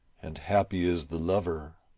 and happy is the lover.